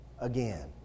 again